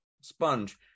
sponge